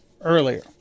earlier